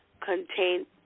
contain